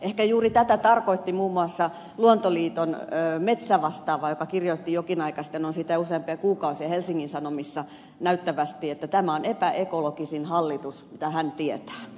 ehkä juuri tätä tarkoitti muun muassa luonto liiton metsävastaava joka kirjoitti jokin aika sitten no on siitä jo useampia kuukausia helsingin sanomissa näyttävästi että tämä on epäekologisin hallitus minkä hän tietää